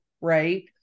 right